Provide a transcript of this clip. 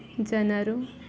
ಜನರು